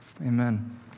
amen